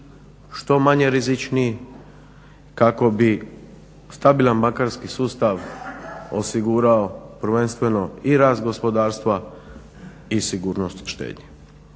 što manje rizičniji kako bi stabilan bankarski sustav osigurao prvenstveno i rast gospodarstva i sigurnost štednje.